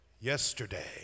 Yesterday